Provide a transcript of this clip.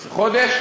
חודש?